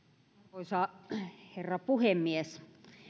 arvoisa herra puhemies